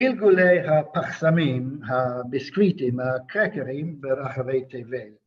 ‫גלגוליי הפחסמים, הביסקוויטים, ‫הקרקרים ברחבי תבל.